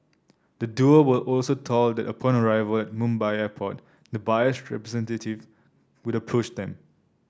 the duo were also told that upon arrival Mumbai Airport the buyer's representative would approach them